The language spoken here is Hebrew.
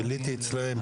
ביליתי אצלם,